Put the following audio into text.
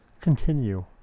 continue